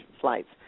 flights